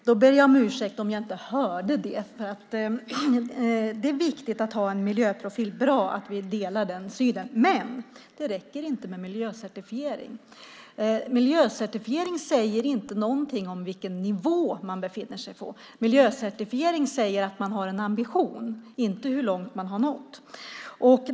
Herr talman! Jag ber om ursäkt om jag inte hörde ditt instämmande. Det är viktigt att ha en miljöprofil, och det är bra att vi delar den synen. Men det räcker inte med miljöcertifiering som inte säger något om vilken nivå man befinner sig på. Miljöcertifiering säger att man har en ambition, men inte hur långt man har nått.